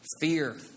Fear